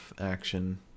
action